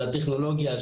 של הטכנולוגיה,